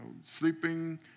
sleeping